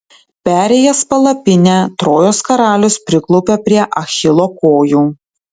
perėjęs palapinę trojos karalius priklaupia prie achilo kojų